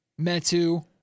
Metu